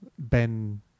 Ben